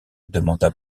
demanda